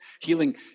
Healing